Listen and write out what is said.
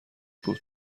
بود